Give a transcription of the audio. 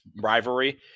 rivalry